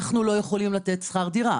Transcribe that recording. אנחנו לא יכולים לתת שכר דירה.